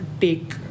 take